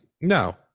No